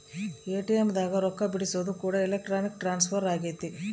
ATM ದಾಗ ರೊಕ್ಕ ಬಿಡ್ಸೊದು ಕೂಡ ಎಲೆಕ್ಟ್ರಾನಿಕ್ ಟ್ರಾನ್ಸ್ಫರ್ ಅಗೈತೆ